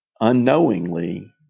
unknowingly